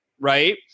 Right